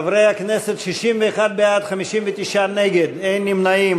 חברי הכנסת, 61 בעד, 59 נגד, אין נמנעים.